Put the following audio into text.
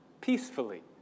peacefully